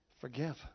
Forgive